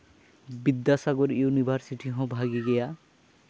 Vidyasagar university ᱦᱚᱸ ᱵᱷᱟᱹᱜᱤ ᱜᱮᱭᱟ